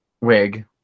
Wig